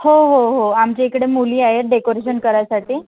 हो हो हो आमच्या इकडं मुली आहेत डेकोरेशन करायसाठी